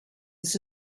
this